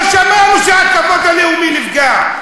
לא שמענו שהכבוד הלאומי נפגע.